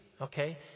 okay